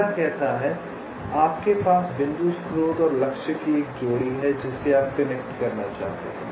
पहला कहता है इसलिए आपके पास बिंदु स्रोत और लक्ष्य की एक जोड़ी है जिसे आप कनेक्ट करना चाहते हैं